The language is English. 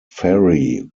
ferry